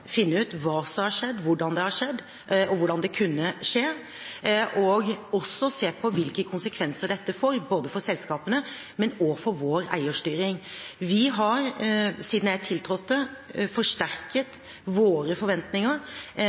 finne ut hva som har skjedd, hvordan det har skjedd og hvordan det kunne skje, og også til å se på hvilke konsekvenser dette får for selskapene, men også for vår eierstyring. Vi har – siden jeg tiltrådte – forsterket våre forventninger.